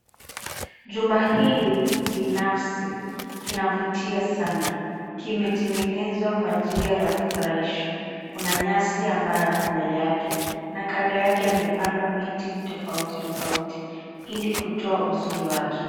Jumba hili binafsi kinavutia sana. Kimetengenezwa kwa njia ya kufurahisha. Kuna nyasi ambayo ako mbele yake na kando yake amepandwa miti tofauti tofauti ili kutoa uzuri wake.